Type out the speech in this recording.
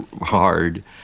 hard